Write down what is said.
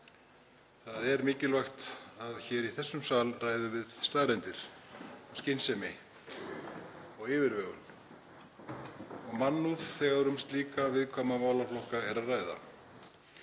Það er mikilvægt að hér í þessum sal ræðum við staðreyndir af skynsemi og yfirvegun og mannúð þegar um slíka viðkvæma málaflokka er að ræða.